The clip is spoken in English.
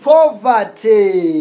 Poverty